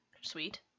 sweet